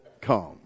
come